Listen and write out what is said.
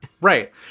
Right